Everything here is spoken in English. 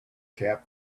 cap